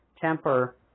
temper